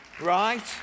Right